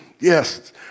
yes